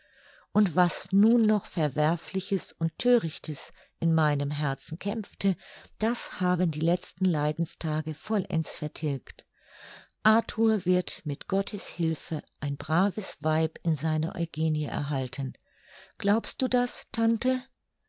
und was nun noch verwerfliches und thörichtes in meinem herzen kämpfte das haben die letzten leidenstage vollends vertilgt arthur wird mit gottes hülfe ein braves weib in seiner eugenie erhalten glaubst du das tante